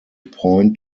point